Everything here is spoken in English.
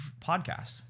podcast